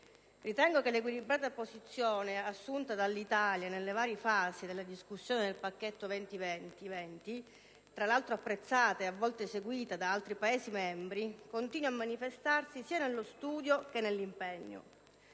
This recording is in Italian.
Ritengo che l'equilibrata posizione assunta dall'Italia nelle varie fasi della discussione del pacchetto 20-20-20, tra l'altro apprezzata e a volte seguita da altri Paesi membri, continui a manifestarsi sia nello studio che nell'impegno.